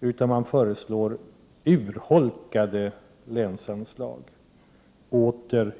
utan återigen en urholkning av dem.